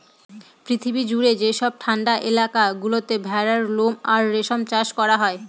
পৃথিবী জুড়ে যেসব ঠান্ডা এলাকা গুলোতে ভেড়ার লোম আর রেশম চাষ করা হয়